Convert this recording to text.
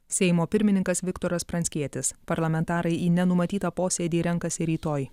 seimo pirmininkas viktoras pranckietis parlamentarai į nenumatytą posėdį renkasi rytoj